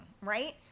right